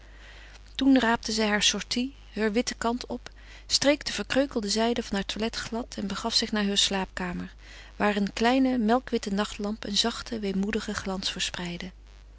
toen raapte zij haar sortie heur witte kant op streek de verkreukelde zijde van haar toilet glad en begaf zich naar heur slaapkamer waar een kleine melkwitte nachtlamp een zachten weemoedigen glans verspreidde